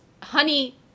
honey